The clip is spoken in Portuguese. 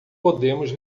podemos